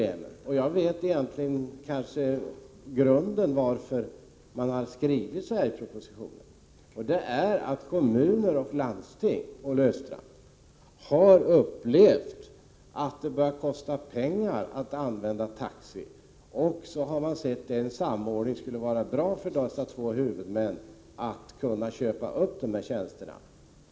Jag vet kanske grunden till att man har skrivit på detta sätt i propositionen. Kommuner och landsting har nämligen, Olle Östrand, upplevt att det börjar kosta pengar att använda taxi, och så har de sett att en samordning skulle vara bra för dessa två huvudmän för att kunna köpa upp sådana tjänster.